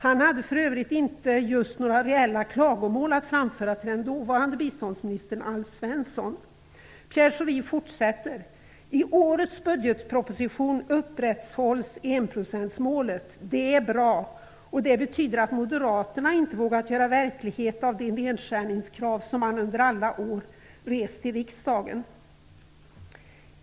Han hade för övrigt just inga reella klagomål att framföra till den dåvarande biståndsminstern Alf Svensson. Pierre Schori fortsätter: "I årets budgetproposition upprätthålls enprocentsmålet. Det är bra, och det betyder att Moderaterna inte har vågat göra verklighet av de nedskärningskrav som man under alla år rest i riksdagen."